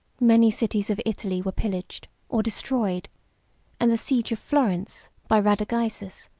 many cities of italy were pillaged, or destroyed and the siege of florence, by radagaisus,